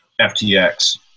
FTX